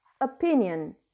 opinion